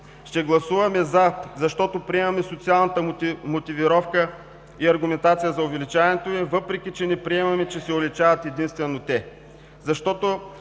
Ще гласуваме „за“, защото приемаме социалната мотивировка и аргументация за увеличаването им, въпреки че не приемаме, че се увеличават единствено те;